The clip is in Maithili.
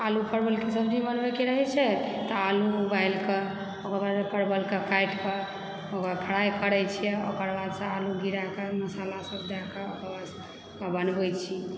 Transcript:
आलू परवलके सब्जी बनबयके रहैत छै तऽ आलू उबालि कऽ ओकर बाद परवलके काटि कऽ ओकरा फ्राई करैत छियै ओकर बाद आलू गिरा कऽ मसालासभ दए कऽ बनबैत छी